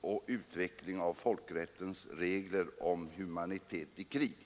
och utveckling av folkrättens regler om humanitet i krig.